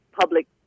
public